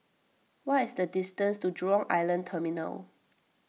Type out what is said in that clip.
what is the distance to Jurong Island Terminal